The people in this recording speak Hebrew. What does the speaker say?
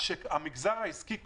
שהמגזר העסקי קורס,